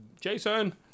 Jason